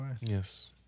Yes